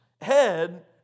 head